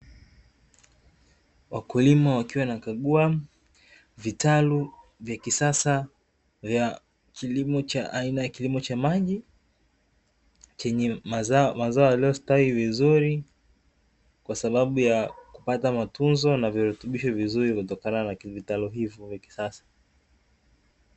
Wakulima wakiwa wanakagua vitalu vya kisasa vya kilimo cha aina ya kilimo cha maji, chenye mazao. Mazao yaliyostawi vizuri kwa sababu ya kupata matunzo na virutubisho vizuri kutokana na vitalu hivyo vya kisasa.